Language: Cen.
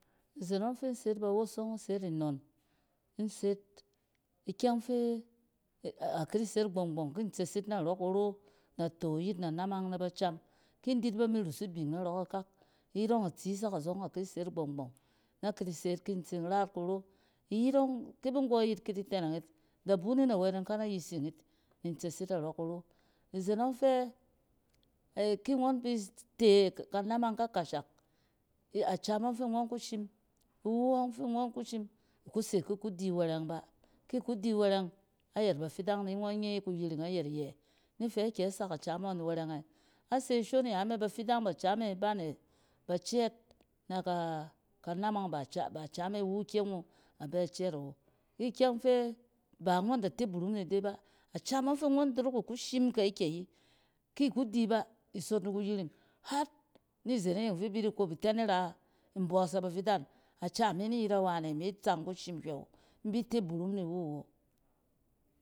Izen ↄng fi in bse yit ba wosong in se yit nnon, in set, ikyɛng fe-aki di se gbong-gbong kin tses yit narↄ kuro nato iyit na naming na ba cam. Kin di yit bamirus ibing narↄ kakak, iyit ↄng itsi zak azↄng aki set gbong-gbong na kidi se yit ki ntin rat kuro. Iyit ↄng ke bin nggↄ yit ki di tɛnɛng yit, da bun yin awɛ, ni in kana yising yit ni in tses yit narↄ kuro. Izen ↄng fɛ ki ngↄn bite kanamang ka kashak, acam ngↄn fi ngↄn kushim, iwu yↄng fi ngↄn kushim, iku se ki ku di wɛrɛng ba. Ki ku di wɛrɛng ayɛt bafidang ni ngↄn nye kuyiring ayɛt iyɛ ni fɛ akyɛ sak acam ngↄn wɛrɛng ɛ. A se shon yame, bɛfidang acame ba ne ba cɛɛt na ka-kanamang ba came iwu kyɛng wu a bɛ cɛɛt awo. ikyɛng fɛ ba ngↄn da teburum mi de ba. A cam ↄng fi ngↄn dorok ku shim kɛ kɛyi, ki ku chi ba, isot ni kuyiring harnizen-iyeng fi bi di kop, itɛn ni ra mbↄs na bafidan, acam min yet a wane mi tsang ku shim hywɛ awo in bi te burum ni wu wo.